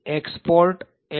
expert LD PATH